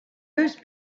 whose